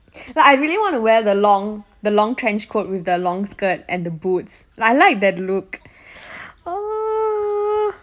like I really want to wear the long the long trench coat with the long skirt and the boots I like that look !aww!